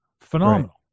Phenomenal